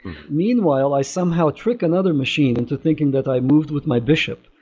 meanwhile, i somehow trick another machine into thinking that i moved with my bishop,